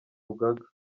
rugaga